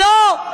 לא.